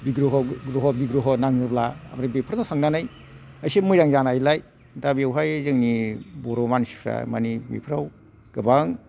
बिग्रह ग्रह बिग्रह नाङोब्ला आमफ्राय बेफोराव थांनानै एसे मोजां जानायलाय दा बेवहाय जोंनि बर' मानसिफ्रा दा मानि बेफ्राव गोबां